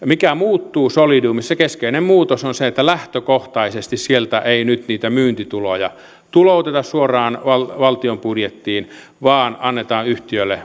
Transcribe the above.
mikä muuttuu solidiumissa keskeinen muutos on se että lähtökohtaisesti sieltä ei nyt niitä myyntituloja tulouteta suoraan valtion budjettiin vaan annetaan yhtiölle